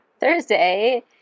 Thursday